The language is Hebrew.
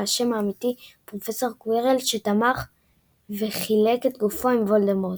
והאשם האמיתי הוא פרופסור קווירל שתמך וחלק את גופו עם וולדמורט.